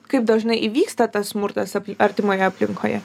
kaip dažnai įvyksta tas smurtas ap artimoje aplinkoje